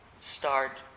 start